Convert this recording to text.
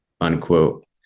Unquote